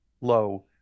low